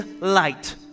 light